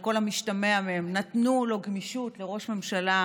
על כל המשתמע מהן, נתנו לו גמישות, לראש הממשלה,